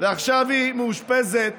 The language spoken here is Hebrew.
ועכשיו היא מאושפזת